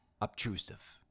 obtrusive